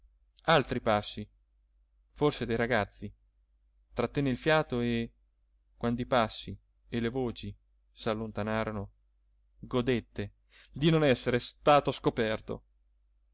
altri passi forse dei ragazzi trattenne il fiato e quando i passi e le voci s'allontanarono godette di non essere stato scoperto